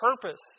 purpose